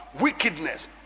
wickedness